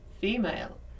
female